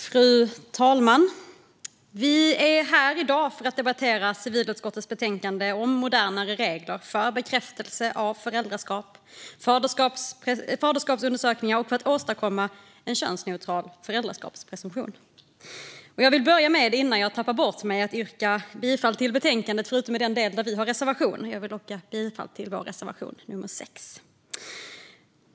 Fru talman! Vi är här i dag för att debattera civilutskottets betänkande Modernare regler för bekräftelse av föräldraskap, faderskapsundersökningar och för att åstadkomma könsneutral föräldraskapspresumtion . Innan jag tappar bort mig vill jag yrka bifall till förslaget i betänkandet, förutom i den del där vi har en reservation. Jag yrkar därmed bifall till reservation nummer 6.